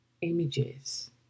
images